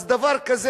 אז דבר כזה,